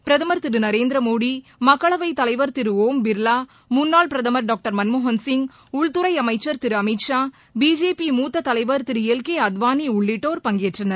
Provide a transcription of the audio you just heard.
பிரதமா் திரு நரேந்திரமோடி மக்களவைத் தலைவர் திரு ஒம் பிர்வா முன்னாள் பிரதமர் டாக்டர் மன்மோகன்சிய் உள்துறை அமைச்சர் திரு அமித்ஷா பிஜேபி மூத்த தலைவர் திரு எல் கே அத்வானி உள்ளிட்டோர் பங்கேற்றனர்